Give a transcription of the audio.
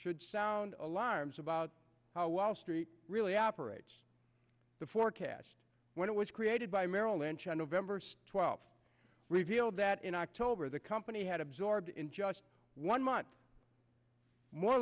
should sound alarms about how wall street really operates the forecast when it was created by merrill lynch on november twelfth revealed that in october the company had absorbed in just one month more